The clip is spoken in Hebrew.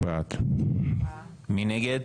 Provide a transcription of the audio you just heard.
מי נגד?